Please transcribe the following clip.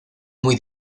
muy